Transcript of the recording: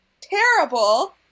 terrible